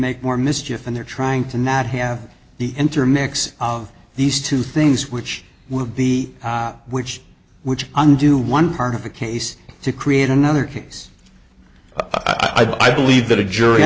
make more mischief and they're trying to not have the enter mix of these two things which will be which which undo one part of a case to create another case i believe that a jury